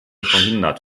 verhindert